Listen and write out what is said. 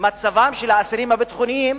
מצבם של האסירים הביטחוניים",